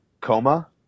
Coma